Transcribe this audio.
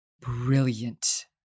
Brilliant